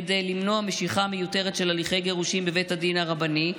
כדי למנוע משיכה מיותרת של הליכי גירושים בבית הדין הרבני,